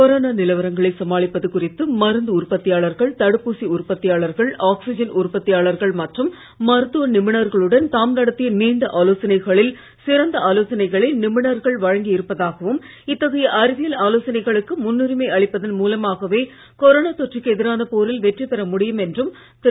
corona நிலவரங்களை சமாளிப்பது குறித்து மருந்து உற்பத்தியாளர்கள் தடுப்பூசி உற்பத்தியாளர்கள் உற்பத்தியாளர்கள் மற்றும் மருத்துவ நிபுணர்களுடன் தாம் நடத்திய நீண்ட ஆலோசனைகளில் சிறந்த ஆலோசனைகளை நிபுணர்கள் வழங்கி இருப்பதாகவும் இத்தகைய அறிவியல் ஆலோசனைகளுக்கு முன்னுரிமை அளிப்பதன் மூலமாகவே கொரோனா தொற்றுக்கு எதிரான போரில் வெற்றி பெற முடியும் என்றும் திரு